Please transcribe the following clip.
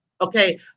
okay